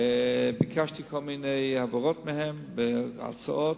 ביקשתי כל מיני הבהרות מהם, הצעות.